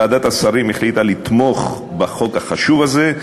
ועדת השרים החליטה לתמוך בחוק החשוב הזה,